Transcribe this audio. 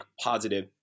positive